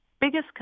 biggest